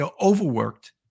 overworked